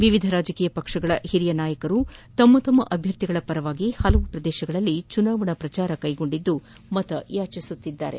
ವಿವಿಧ ರಾಜಕೀಯ ಪಕ್ಷಗಳ ಹಿರಿಯ ಮುಖಂಡರು ತಮ್ಮ ತಮ್ಮ ಅಭ್ಯರ್ಥಿಗಳ ಪರವಾಗಿ ಹಲವು ಪ್ರದೇಶಗಳಲ್ಲಿ ಚುನಾವಣಾ ಪ್ರಚಾರ ಕೈಗೊಂಡಿದ್ದು ಮತಯಾಚಿಸುತ್ತಿದ್ದಾರೆ